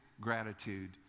gratitude